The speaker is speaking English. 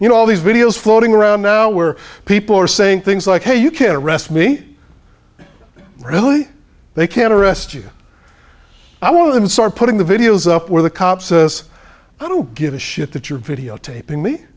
you know all these videos floating around now where people are saying things like hey you can arrest me really they can arrest you i want them start putting the videos up where the cop says i don't give a shit that you're videotaping me